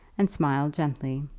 and smiled gently.